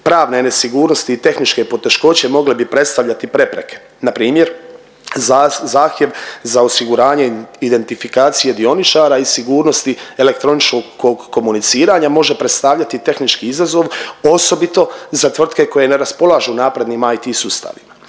pravne nesigurnosti i tehničke poteškoće mogle bi predstavljati prepreke. Npr. zahtjev za osiguranjem identifikacije dioničara i sigurnosti elektroničkog komuniciranja može predstavljati tehnički izazov, osobito za tvrtke koje ne raspolažu naprednim IT sustavima.